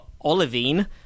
olivine